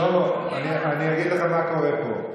שלמה, אני אגיד לך מה קורה פה: